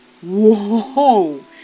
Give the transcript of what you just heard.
whoa